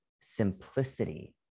simplicity